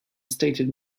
stated